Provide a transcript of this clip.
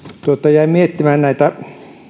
jäin miettimään näitä